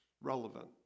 relevant